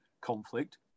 conflict